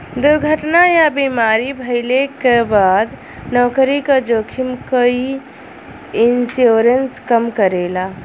दुर्घटना या बीमारी भइले क बाद नौकरी क जोखिम क इ इन्शुरन्स कम करेला